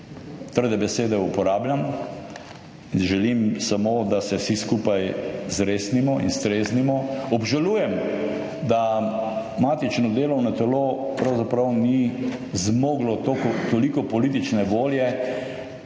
Trde besede uporabljam, Želim samo, da se vsi skupaj zresnimo in streznimo. Obžalujem, da matično delovno telo pravzaprav ni zmoglo to toliko politične volje